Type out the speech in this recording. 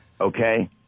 Okay